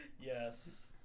Yes